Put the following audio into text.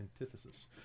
antithesis